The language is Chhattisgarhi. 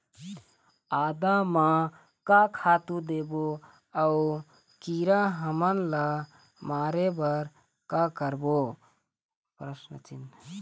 आदा म का खातू देबो अऊ कीरा हमन ला मारे बर का करबो?